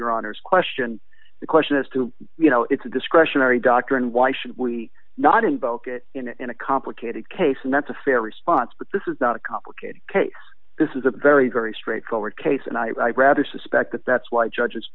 your honor's question the question is do you know it's a discretionary doctrine why should we not invoke it in a complicated case and that's a fair response but this is not a complicated case this is a very very straightforward case and i rather suspect that that's why judges